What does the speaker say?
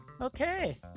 okay